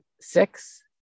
six